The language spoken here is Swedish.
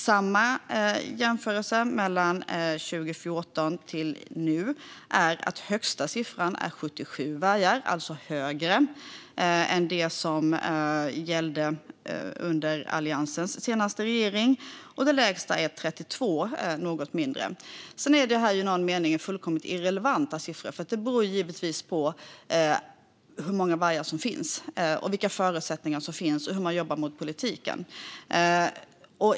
Vid en jämförelse mellan 2014 och i år är den högsta siffran 77 vargar, alltså en högre siffra än den under Alliansens senaste tid i regering, och den lägsta siffran är 32, det vill säga något mindre. Sedan är ju detta i någon mening fullkomligt irrelevanta siffror, för det beror givetvis på hur många vargar som finns, vilka förutsättningar som finns och hur man jobbar i politiken.